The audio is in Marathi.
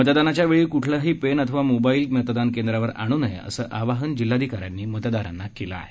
मतदानाच्या वेळी कुठलाही पेन अथवा मोबाईल मतदान केंद्रावर आणू नये असे आवाहन जिल्हाधिकारी यांनी मतदारांना केले आहे